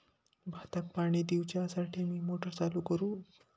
भाताक पाणी दिवच्यासाठी मी मोटर चालू करू?